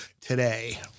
today